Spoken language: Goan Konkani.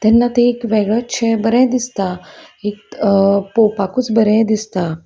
तेन्ना ते एक वेगळेच शें बरें दिसता एक पळोवपाकूच बरें दिसता